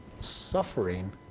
suffering